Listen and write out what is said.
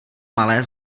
malé